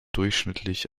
durchschnittlich